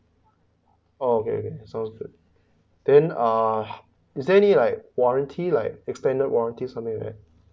orh okay okay sounds good then uh is there any like warranty like extended warranty something like that